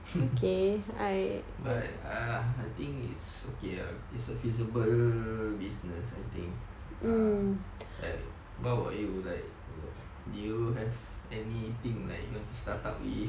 but uh I think it's okay lah it's a feasible business I think ah what about you like do you have anything like you want to start up with